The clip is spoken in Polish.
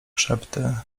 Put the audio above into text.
szepty